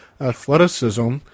athleticism